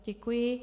Děkuji.